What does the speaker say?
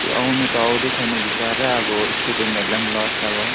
त्यो आउनु त आउँदैछ नि बिचरा अब स्टुडेन्टहरूलाई पनि लस अब